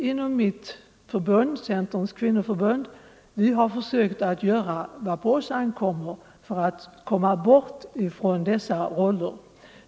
Inom mitt förbund, Centerns kvinnoförbund, har vi försökt att göra vad på oss ankommer för att komma bort från dessa roller.